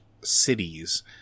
cities